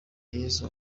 yesu